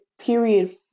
period